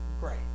great